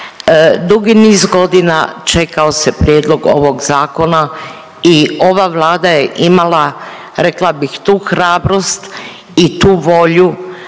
Dugi niz godina čekao se prijedlog ovog zakona i ova Vlada je imala rekla bih tu hrabrost i tu volju